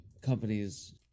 companies